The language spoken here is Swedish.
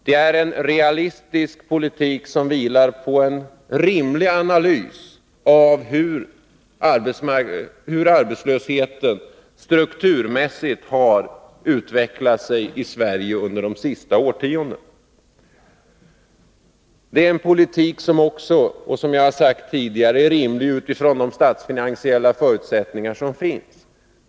Det är en realistisk politik som vilar på en rimlig analys av hur arbetslösheten strukturmässigt har utvecklat sig i Sverige under de senaste årtiondena. Det är en politik som också är rimlig utifrån de statsfinansiella förutsättningar som finns.